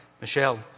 Michelle